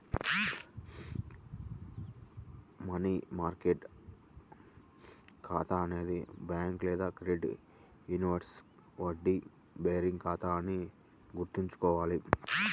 money market ఖాతా అనేది bank లేదా క్రెడిట్ యూనియన్లో వడ్డీ బేరింగ్ ఖాతా అని గుర్తుంచుకోవాలి